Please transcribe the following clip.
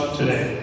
today